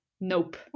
nope